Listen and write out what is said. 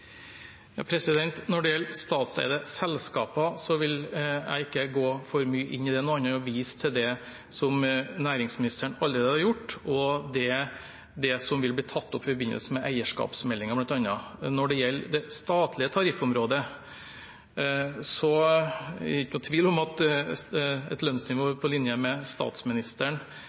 Når det gjelder statseide selskaper, vil jeg ikke gå for mye inn i det nå, annet enn å vise til det som næringsministeren allerede har gjort, og det som vil bli tatt opp i forbindelse med bl.a. eierskapsmeldingen. Når det gjelder det statlige tariffområdet, er det ikke noen tvil om at et lønnsnivå på linje med statsministeren